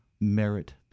merit